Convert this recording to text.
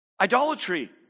Idolatry